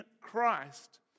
Christ